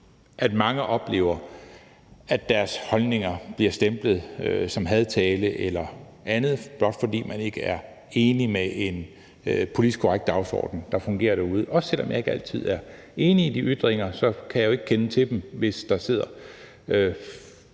at mange oplever, at deres holdninger bliver stemplet som hadtale eller andet, blot fordi man ikke er enig i en politisk korrekt dagsorden, der fungerer derude. Også selv om jeg ikke altid er enig i de ytringer, kan jeg jo ikke kende til dem, hvis der sidder